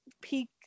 Peak